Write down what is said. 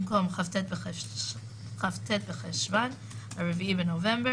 במקום "כ"ט בחשוון התשפ"ב (4 בנובמבר